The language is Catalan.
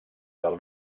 del